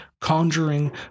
conjuring